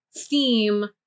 theme